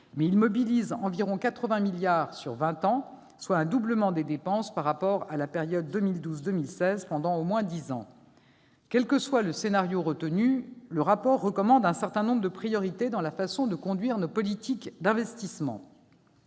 il mobilise environ 80 milliards d'euros sur une période de vingt ans, soit un doublement des dépenses par rapport à la période 2012-2016 pendant au moins dix ans. Quel que soit le scénario retenu, le rapport recommande un certain nombre de priorités dans la façon de conduire nos politiques d'investissement.